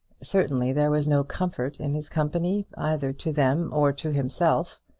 certainly there was no comfort in his company, either to them or to himself.